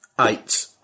eight